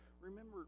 Remember